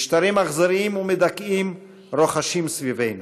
משטרים אכזריים ומדכאים רוחשים סביבנו.